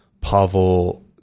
Pavel